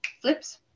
flips